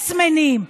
"יס מנים",